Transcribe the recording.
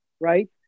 right